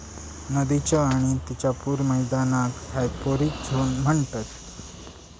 नदीच्य आणि तिच्या पूर मैदानाक हायपोरिक झोन म्हणतत